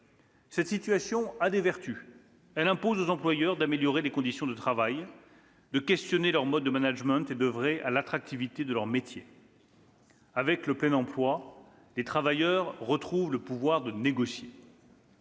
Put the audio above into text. Cette situation a des vertus. Elle impose aux employeurs d'améliorer les conditions de travail, de questionner leur mode de management et d'oeuvrer à l'attractivité de leurs métiers. Avec le plein emploi, les travailleurs retrouvent le pouvoir de négocier.